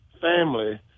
family